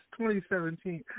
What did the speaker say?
2017